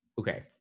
okay